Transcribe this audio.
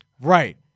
Right